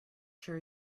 sure